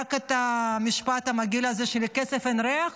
רק את המשפט המגעיל הזה שלכסף אין ריח.